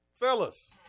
Fellas